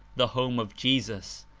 the home of jesus,